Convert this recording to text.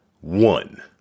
one